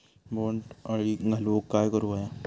बोंड अळी घालवूक काय करू व्हया?